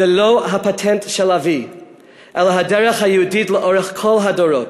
זה לא הפטנט של אבי אלא הדרך היהודית לאורך כל הדורות.